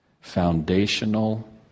foundational